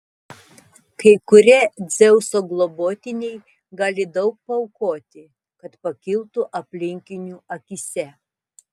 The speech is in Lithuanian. kai kurie dzeuso globotiniai gali daug paaukoti kad pakiltų aplinkinių akyse